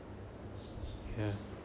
ya